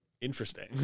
interesting